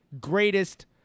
greatest